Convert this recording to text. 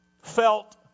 felt